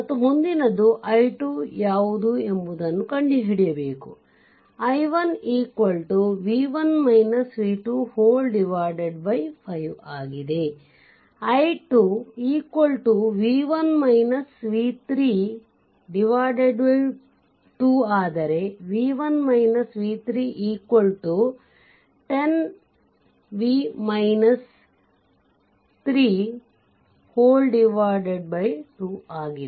ಮತ್ತು ಮುಂದಿನದು i2 ಯಾವುದು ಎಂಬುದನ್ನು ಕಂಡುಹಿಡಿಯಬೇಕು i1 5 ಆಗಿದೆ i2 2 ಆದರೆ v1 v 3 2 ಆಗಿದೆ